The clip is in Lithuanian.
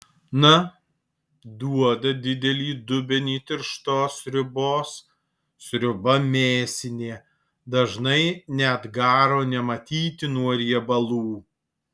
na duoda didelį dubenį tirštos sriubos sriuba mėsinė dažnai net garo nematyti nuo riebalų